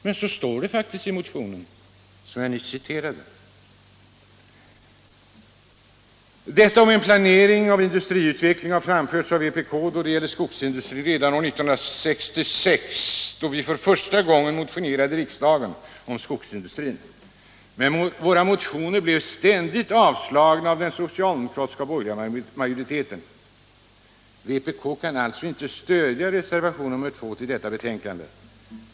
Men så står det faktiskt i motionen som jag nyss citerade. Detta om en planering av industriutvecklingen har anförts av vpk då det gäller skogsindustrin redan år 1966, då vi för första gången motionerade i riksdagen om skogsindustrin. Men våra motioner blev ständigt avslagna av den socialdemokratiska och borgerliga majoriteten. Vpk kan alltså inte stödja reservationen 2 till detta betänkande.